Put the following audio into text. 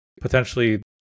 potentially